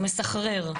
מסחרר.